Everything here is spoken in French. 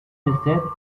décède